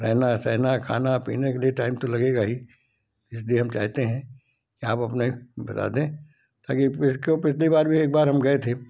रहना सहना खाना पीने के लिए टाइम तो लगेगा ही इसलिए हम चाहते हैं कि आप अपना बता दें ताकि इसके पिछली बार भी एक बार हम गए थे